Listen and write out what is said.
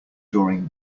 during